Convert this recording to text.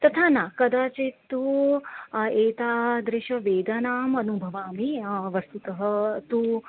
तथा न कदाचित्तु एतादृशीं वेदनामनुभवामि वस्तुतः तु